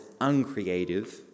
uncreative